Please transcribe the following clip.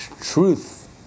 truth